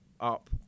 Up